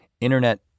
internet